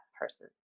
person